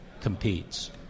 competes